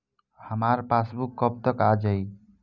हमार पासबूक कब तक आ जाई?